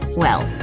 well,